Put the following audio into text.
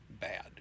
bad